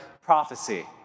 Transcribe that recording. prophecy